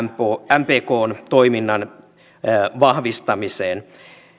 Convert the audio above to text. mpkn toiminnan vahvistamiseen